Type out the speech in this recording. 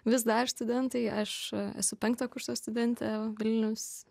vis dar studentai aš esu penkto kurso studentė vilniaus